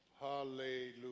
Hallelujah